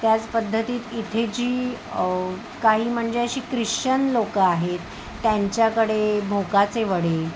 त्याच पद्धतीत इथे जी काही म्हणजे अशी क्रिश्चन लोक आहेत त्यांच्याकडे भोगाचे वडे